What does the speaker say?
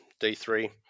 D3